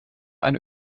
eine